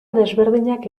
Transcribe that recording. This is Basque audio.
desberdinak